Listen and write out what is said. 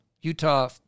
Utah